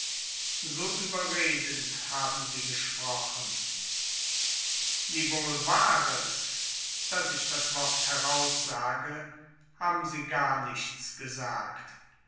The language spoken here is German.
so überredend haben sie gesprochen wiewohl wahres daß ich das wort heraussage haben sie gar nichts gesagt